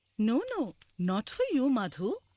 no, no, not for you, madhu!